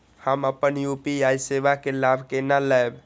हम अपन यू.पी.आई सेवा के लाभ केना लैब?